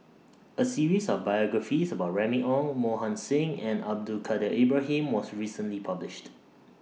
A series of biographies about Remy Ong Mohan Singh and Abdul Kadir Ibrahim was recently published